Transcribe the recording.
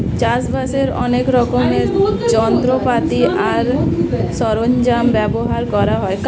চাষবাসের অনেক রকমের যন্ত্রপাতি আর সরঞ্জাম ব্যবহার করা হয়